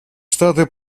штаты